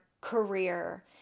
career